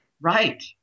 Right